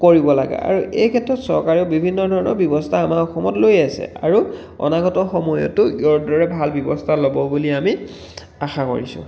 কৰিব লাগে আৰু এই ক্ষেত্ৰত চৰকাৰেও বিভিন্ন ধৰণৰ ব্যৱস্থা আমাৰ অসমত লৈ আছে আৰু অনাগত সময়তো ইয়াৰ দৰে ভাল ব্যৱস্থা ল'ব বুলি আমি আশা কৰিছোঁ